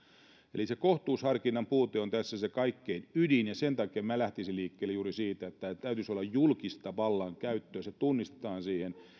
eli se kohtuusharkinnan puute on tässä se kaikkein ydin ja sen takia minä lähtisin liikkeelle juuri siitä että tämän täytyisi olla julkista vallan käyttöä se tunnistetaan